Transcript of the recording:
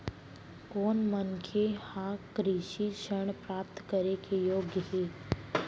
कोन मनखे ह कृषि ऋण प्राप्त करे के योग्य हे?